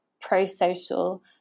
pro-social